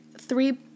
three